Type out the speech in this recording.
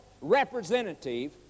representative